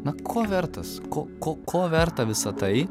na ko vertas ko ko ko verta visa tai